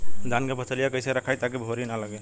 धान क फसलिया कईसे रखाई ताकि भुवरी न लगे?